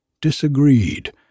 disagreed